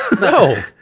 No